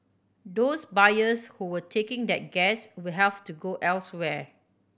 those buyers who were taking that gas will have to go elsewhere